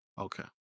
Okay